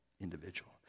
individual